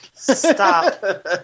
Stop